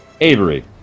Avery